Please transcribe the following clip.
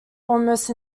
almost